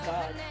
God